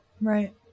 Right